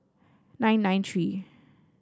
nine nine three